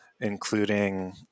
including